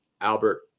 Albert